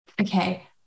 okay